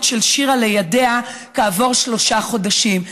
של שירה לידיה כעבור שלושה חודשים.